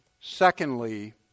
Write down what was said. Secondly